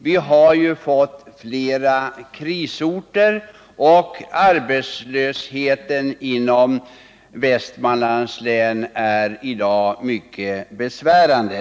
Vi har ju fått flera krisorter, och Om den:svenska arbetslösheten inom Västmanlands län är i dag mycket besvärande.